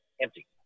empty